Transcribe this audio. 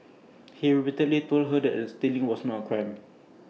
he repeatedly told her that stealing was not A crime